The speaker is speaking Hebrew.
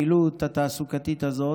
לפעילות התעסוקתית הזאת.